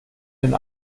den